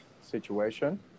situation